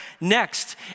next